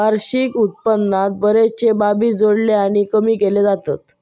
वार्षिक उत्पन्नात बरेचशे बाबी जोडले आणि कमी केले जातत